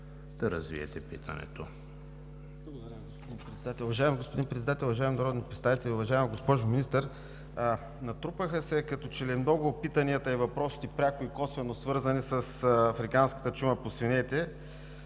да развиете питането.